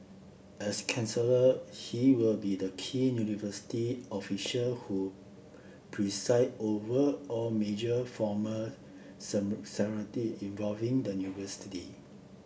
as he will be the key university official who preside over all major formal involving the university